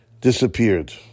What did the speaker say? disappeared